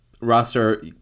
roster